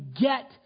get